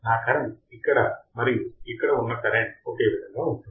నా కరెంట్ ఇక్కడ మరియు ఇక్కడ ఉన్న కరెంట్ ఒకే విధంగా ఉంటుంది